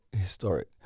historic